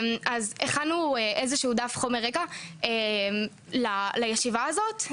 אז הכנו איזשהו דף חומר רקע לישיבה הזאת,